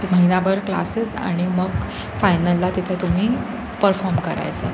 महिनाभर क्लासेस आणि मग फायनलला तिथे तुम्ही परफॉर्म करायचं